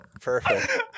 Perfect